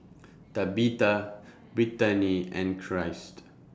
Tabitha Brittani and Christ